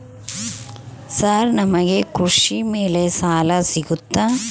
Sir ನಮಗೆ ಕೃಷಿ ಮೇಲೆ ಸಾಲ ಸಿಗುತ್ತಾ?